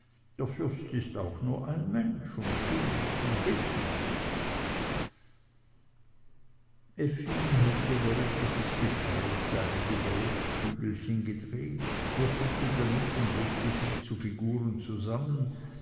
der fürst ist auch nur ein mensch und zureden hilft effi hatte während dieses gesprächs einige brotkügelchen gedreht würfelte damit und legte sie zu figuren zusammen